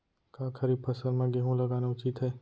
का खरीफ फसल म गेहूँ लगाना उचित है?